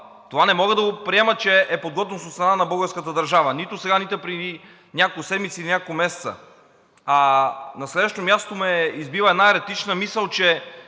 Това не мога да го приема, че е подготвеност от страна на българската държава – нито сега, нито преди няколко седмици или няколко месеца. На следващо място, ме избива една еретична мисъл, че